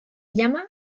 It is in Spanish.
llama